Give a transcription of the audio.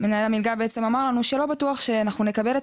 מנהל המלגה בעצם אמר לנו שלא בטוח שאנחנו נקבל את